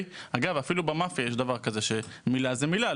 אפילו במאפייה יש דבר כזה, ׳מילה זו מילה׳.